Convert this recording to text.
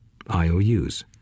ious